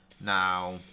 Now